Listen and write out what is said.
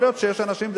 יכול להיות שיש אנשים,